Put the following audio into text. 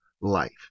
life